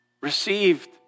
received